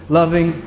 loving